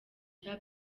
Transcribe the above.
cya